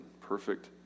Perfect